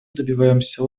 добиваемся